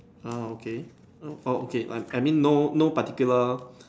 oh okay oh okay I mean no no particular